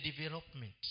development